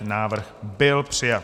Návrh byl přijat.